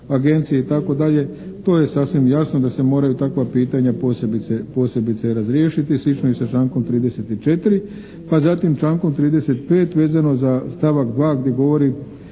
agencije, itd., to je sasvim jasno da se moraju takva pitanja posebice razriješiti, slično je i sa člankom 34., pa zatim člankom 35. vezano za stavak 2. gdje govori